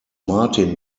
martin